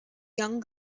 young